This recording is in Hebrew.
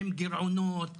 עם גירעונות,